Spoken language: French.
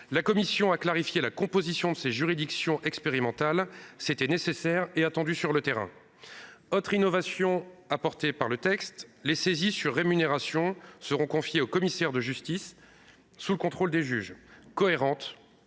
La commission a clarifié la composition de ces juridictions expérimentales ; c'était nécessaire et attendu sur le terrain. Autre innovation apportée par le texte : les saisies de rémunérations seront confiées aux commissaires de justice, sous le contrôle des juges.